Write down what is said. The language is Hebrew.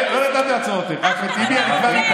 לא, אחמד טיבי, אני כבר איתך.